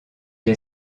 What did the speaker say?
est